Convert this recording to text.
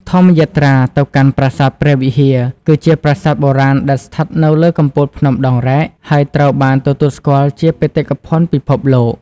ធម្មយាត្រាទៅកាន់ប្រាសាទព្រះវិហារ គឺជាប្រាសាទបុរាណដែលស្ថិតនៅលើកំពូលភ្នំដងរែក ហើយត្រូវបានទទួលស្គាល់ជាបេតិកភណ្ឌពិភពលោក។